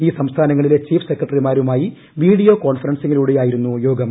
ഈ സംസ്ഥാനങ്ങളിലെ ചീഫ് സെക്രട്ടറിമാരുമായി വീഡിയോ കോൺഫറൻസിംഗിലൂടെയായിരുന്നു യോഗം